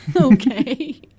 Okay